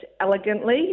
elegantly